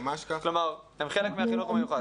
כלומר הם חלק מהחינוך המיוחד.